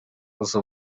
gusa